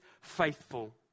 faithful